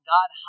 God